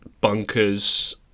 bunkers